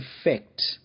effect